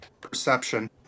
perception